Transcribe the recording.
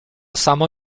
samo